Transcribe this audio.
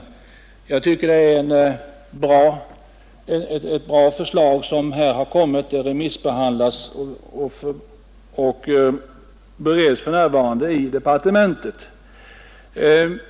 Jag tycker att det är ett bra förslag som har kommit fram. Det har remissbehandlats och bereds för närvarande i departementet.